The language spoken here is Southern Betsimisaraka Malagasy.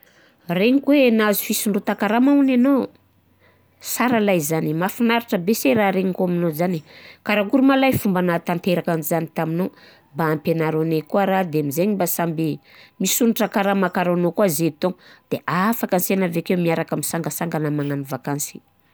Regniko hoe nahazo fisondrotan-karama hony anao. Sara lahy zany, mahafinaritra be se raha regniko aminao zany e. Karakôry ma lahy nahatanteraka an'zany taminao? Mba ampianaro anahy koà raho de am'zay mba samby misondrotra karama karaha anao zay tô, de afaka asena aveke miaraka misangasangana magnano vakansy.